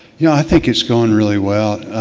yeah, i think it's going really well.